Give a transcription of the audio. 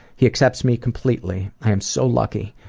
he accepts me completely. i am so lucky.